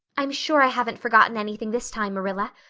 i'm sure i haven't forgotten anything this time, marilla.